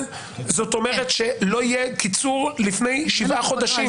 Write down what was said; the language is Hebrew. זאת אומרת, לא יהיה קיצור לפני שבעה חודשים.